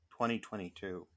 2022